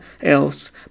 else